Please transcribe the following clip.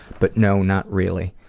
but no, not really.